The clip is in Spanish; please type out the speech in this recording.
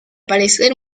parecer